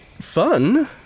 fun